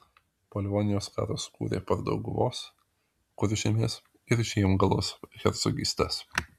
po livonijos karo sukūrė pardaugavos kuržemės ir žiemgalos hercogystes